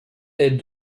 est